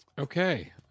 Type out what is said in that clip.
Okay